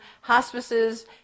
hospices